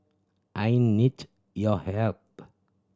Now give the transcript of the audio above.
I need your help